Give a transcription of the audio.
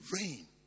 rain